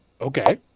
Okay